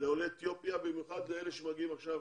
לעולים אתיופיה, במיוחד אלה שמגיעים עכשיו.